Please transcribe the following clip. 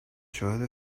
شاهد